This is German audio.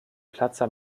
plaza